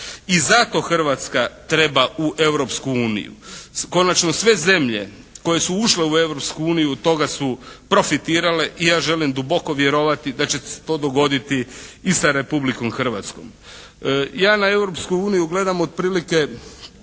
I zato Hrvatska treba u Europsku uniju. Konačno, sve zemlje koje su ušle u Europsku uniju od toga su profitirale i ja želim duboko vjerovati da će se to dogoditi i sa Republikom Hrvatskom. Ja na Europsku uniju gledam otprilike